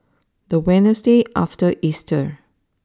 the Wednesday after Easter